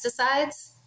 pesticides